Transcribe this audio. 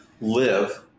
live